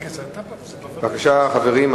בבקשה, חברים.